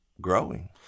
growing